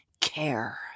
care